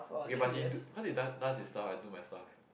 okay but he do cause he does does his stuff I do my stuff